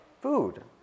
food